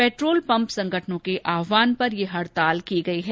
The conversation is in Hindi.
पैट्रोल पंप संगठनों के आहवान पर यह हड़ताल की गई है